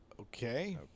Okay